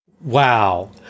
Wow